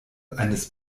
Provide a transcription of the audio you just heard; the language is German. eines